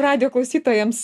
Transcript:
radijo klausytojams